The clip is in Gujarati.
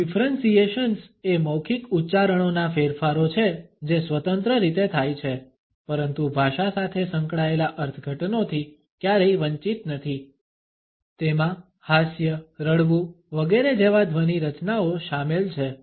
ડીફ્રન્સીએશન્સ એ મૌખિક ઉચ્ચારણોના ફેરફારો છે જે સ્વતંત્ર રીતે થાય છે પરંતુ ભાષા સાથે સંકળાયેલા અર્થઘટનોથી ક્યારેય વંચિત નથી તેમાં હાસ્ય રડવું વગેરે જેવા ધ્વનિ રચનાઓ શામેલ છે